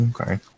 Okay